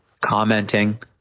commenting